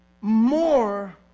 more